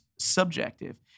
Subjective